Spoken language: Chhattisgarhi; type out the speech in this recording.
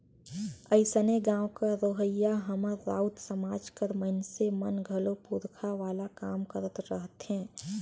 अइसने गाँव कर रहोइया हमर राउत समाज कर मइनसे मन घलो पूरखा वाला काम करत रहथें